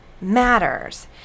matters